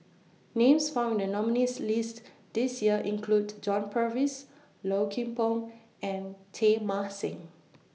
Names found in The nominees' list This Year include John Purvis Low Kim Pong and Teng Mah Seng